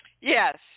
Yes